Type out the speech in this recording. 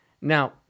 Now